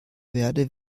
werde